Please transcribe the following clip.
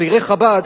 צעירי חב"ד,